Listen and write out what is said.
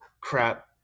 crap